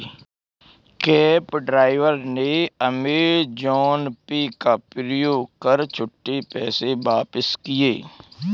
cab driver ने Amazon Pay का प्रयोग कर छुट्टे पैसे वापस किए